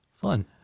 Fun